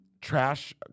trash